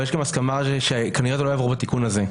אבל יש גם הסכמה שכנראה זה לא יעבור בתיקון הזה.